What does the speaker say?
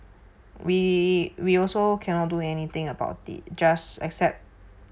we we also cannot do anything about it just accept